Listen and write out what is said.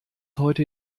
heute